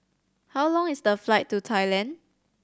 how long is the flight to Thailand